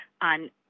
on